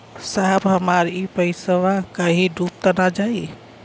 साहब हमार इ पइसवा कहि डूब त ना जाई न?